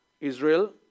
Israel